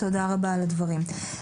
תודה רבה על הדברים.